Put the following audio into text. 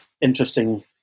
interesting